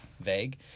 Vague